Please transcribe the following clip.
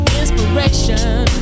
inspiration